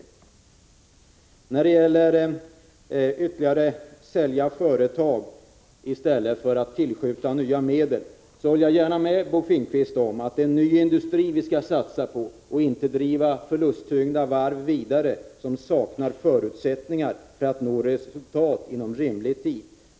I fråga om att sälja ytterligare företag i stället för att tillskjuta medel, håller jag gärna med Bo Finnkvist om att det är ny industri vi skall satsa på och inte att driva förlusttyngda varv vidare, som saknar förutsättningar för att nå resultat inom rimlig tid.